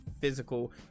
physical